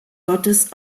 gottes